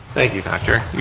thank you doctor,